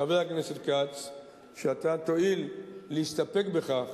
חבר הכנסת כץ, שאתה תואיל להסתפק בכך